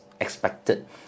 expected